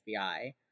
FBI